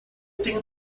tenho